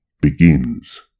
begins